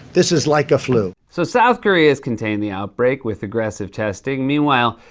this is like a flu. so south korea's contained the outbreak with aggressive testing. meanwhile,